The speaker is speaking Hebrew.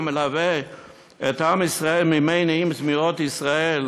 המלווה את עם ישראל מימי נעים זמירות ישראל,